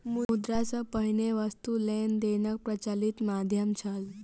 मुद्रा सॅ पहिने वस्तु लेन देनक प्रचलित माध्यम छल